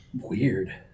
Weird